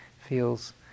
feels